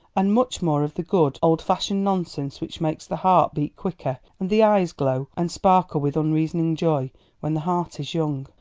and much more of the good, old-fashioned nonsense which makes the heart beat quicker and the eyes glow and sparkle with unreasoning joy when the heart is young.